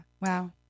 Wow